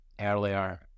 earlier